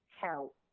help